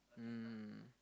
mm